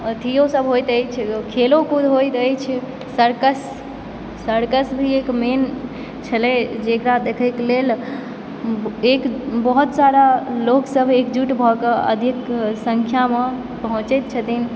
अथिओसभ होयत अछि खेलो कूद होयत अछि सर्कस सर्कसभी एक मेन छलय जेकरा देखयके लेल एक बहुत सारा लोकसभ एकजुटभऽ कऽ अधिक संख्यामे पहुँचय छथिन